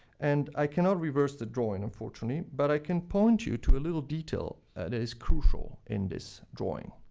and i cannot reverse the drawing, unfortunately, but i can point you to a little detail that is crucial in this drawing.